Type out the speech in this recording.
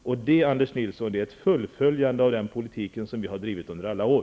Det är, Anders Nilsson, ett fullföljande av den politik vi har drivit under alla år.